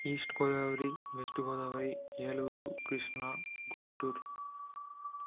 east Godavari west Godavari Eluru Krishna Guntur